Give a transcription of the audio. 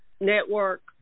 network